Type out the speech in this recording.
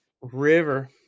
river